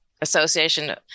association